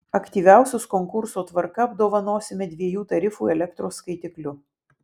aktyviausius konkurso tvarka apdovanosime dviejų tarifų elektros skaitikliu